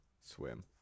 swim